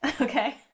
Okay